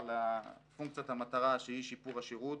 לפונקציית המטרה שהיא שיפור השירות,